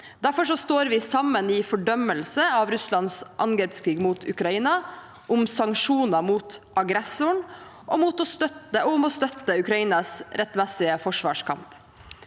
Derfor står vi sammen i fordømmelsen av Russlands angrepskrig mot Ukraina, om sanksjoner mot aggressoren og om å støtte Ukrainas rettmessige forsvarskamp.